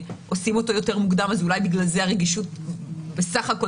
עושים אותו יותר מוקדם אז אולי בגלל זה הרגישות בסך הכול